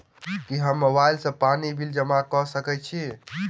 की हम मोबाइल सँ पानि बिल जमा कऽ सकैत छी?